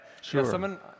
Sure